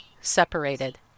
separated